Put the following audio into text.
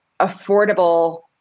affordable